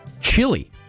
Chili